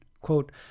Quote